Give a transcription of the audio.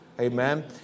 Amen